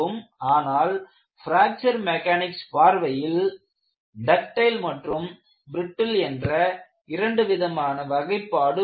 ஆனால் fracture mechanics பார்வையில் ductile மற்றும் பிரட்டில் என்ற இரண்டு விதமான வகைப்பாடு உள்ளன